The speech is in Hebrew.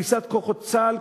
פריסת כוחות צה"ל,